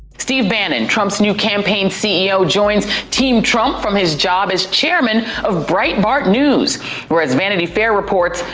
steve bannon trump's new campaign ceo, joins team trump from his job as chairman of breitbart news where, as vanity fair reports,